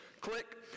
Click